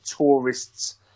tourists